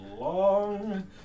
long